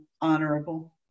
honorable